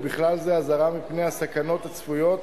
ובכלל זה אזהרה מפני הסכנות הצפויות